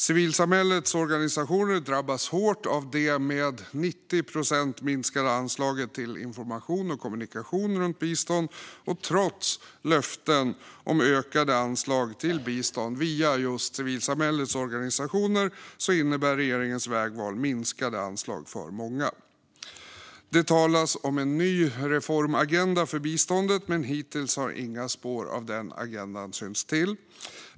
Civilsamhällets organisationer drabbas hårt av det med 90 procent minskade anslaget till information och kommunikation om bistånd. Trots löften om ökade anslag till bistånd via just civilsamhällets organisationer innebär regeringens vägval minskade anslag för många. Det talas om en ny reformagenda för biståndet, men hittills har inga spår av den agendan synts till.